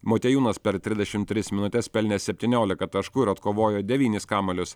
motiejūnas per trisdešimt tris minutes pelnė septyniolika taškų ir atkovojo devynis kamuolius